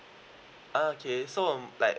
ah okay so um like